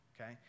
okay